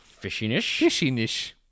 fishiness